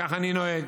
כך אני נוהג.